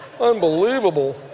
unbelievable